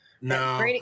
No